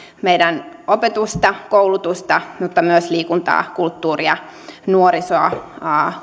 meidän opetusta koulutusta mutta myös liikuntaa kulttuuria nuorisoa